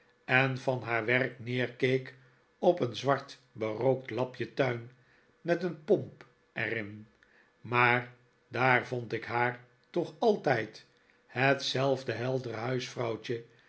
en van haar werk neerkeek op een zwart berookt lapje tuin met een pomp er in maar daar vond ik haar toch altijd hetzelfde heldere